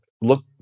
look